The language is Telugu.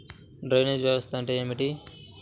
డ్రైనేజ్ వ్యవస్థ అంటే ఏమిటి?